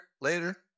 Later